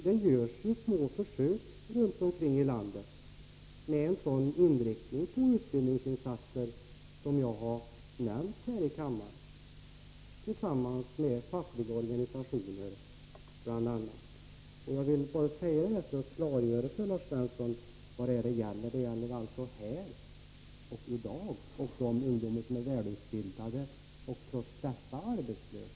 Det görs små försök runt omkring i landet, under medverkan av bl.a. fackliga organisationer, med en sådan inriktning på utbildningsinsatserna som jag har nämnt här i kammaren. Jag vill bara säga det för att klargöra för Lars Svensson vad det gäller. Det gäller alltså här i dag de ungdomar som är välutbildade och som trots detta är arbetslösa.